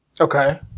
Okay